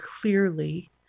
clearly